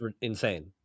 insane